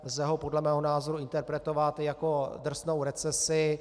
Lze ho podle mého názoru interpretovat jako drsnou recesi.